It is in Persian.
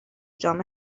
جام